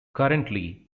currently